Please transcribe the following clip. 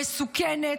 מסוכנת,